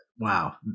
wow